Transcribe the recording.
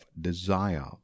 Desire